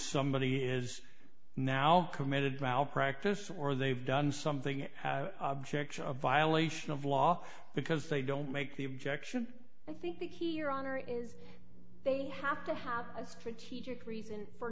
somebody is now committed malpractise or they've done something objects of violation of law because they don't make the objection i think the key your honor is they have to have a strategic reason for